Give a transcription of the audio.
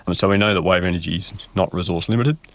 and so we know that wave energy is not resource limited,